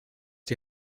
die